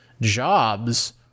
jobs